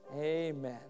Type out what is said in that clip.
Amen